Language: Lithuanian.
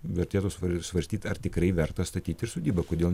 vertėtų svarstyt ar tikrai verta statyt ir sodybą kodėl